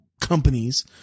companies